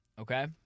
Okay